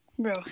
Bro